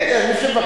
כן, מי שמבקש.